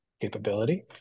capability